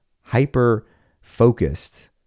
hyper-focused